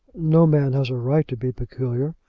no man has a right to be peculiar.